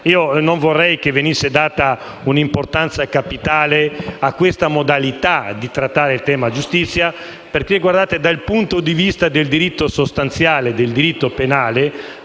Non vorrei che venisse data un'importanza capitale a questa modalità di trattare il tema della giustizia. Infatti, dal punto di vista del diritto sostanziale e del diritto penale,